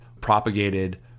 propagated